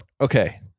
okay